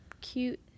cute